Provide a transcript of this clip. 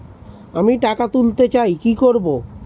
আমি টাকা তুলতে চাই কি করব?